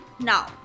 now